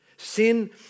Sin